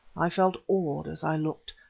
i felt awed as i looked,